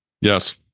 Yes